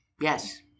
yes